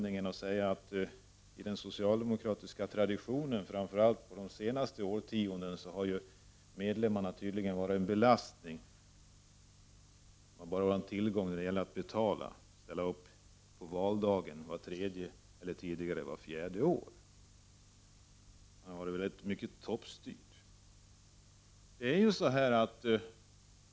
I den socialdemokratiska traditionen, framför allt under de senaste årtiondena, har medlemmarna tydligen varit en belastning — och en tillgång bara när det gäller att betala, och ställa upp på valdagen vart tredje år, eller tidigare vart fjärde år. De har varit rätt mycket toppstyrda.